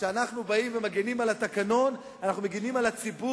כשאנחנו מגינים על התקנון אנחנו מגינים על הציבור,